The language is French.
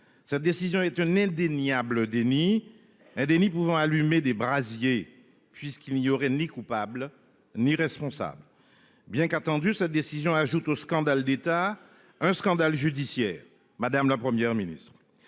Sa décision est une indéniable Denis. Denis pouvant allumer des brasiers puisqu'il n'y aurait ni coupable ni responsable. Bien qu'attendue, cette décision ajoute au scandale d'État. Un scandale judiciaire. Madame, la Première ministre.